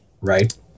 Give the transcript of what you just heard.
right